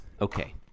Okay